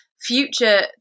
future